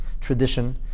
tradition